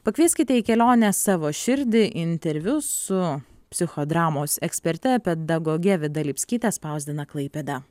pakvieskite į kelionę savo širdį interviu su psichodramos eksperte pedagoge vida lipskyte spausdina klaipėda